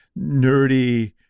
nerdy